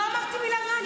לא אמרתי מילה רעה.